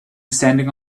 standing